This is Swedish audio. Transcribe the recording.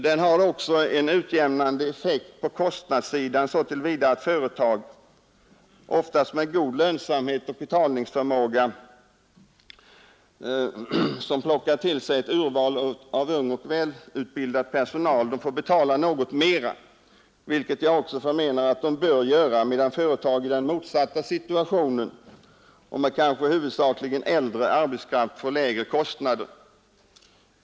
Den skulle också ha en utjämnande effekt på kostnadssidan så till vida, att de företag — oftast med god lönsamhet och betalningsförmåga — som lockar till sig ett urval av unga och välutbildade människor får betala något mera, vilket jag anser att de bör göra, medan företag i den motsatta situationen och med kanske huvudsakligen äldre arbetskraft får lägre kostnader.